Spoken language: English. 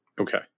Okay